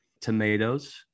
tomatoes